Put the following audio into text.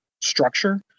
structure